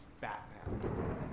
Batman